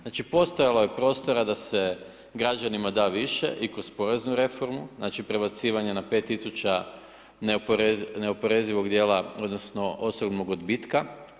Znači postojalo je prostora da se građanima da više i kroz poreznu reformu, znači prebacivanje na 5000 neoporezivog djela odnosno osobnog odbitka.